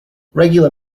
regular